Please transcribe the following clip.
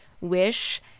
wish